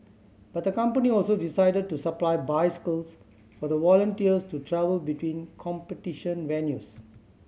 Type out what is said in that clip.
but the company also decided to supply bicycles for the volunteers to travel between competition venues